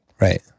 right